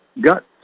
got